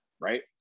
right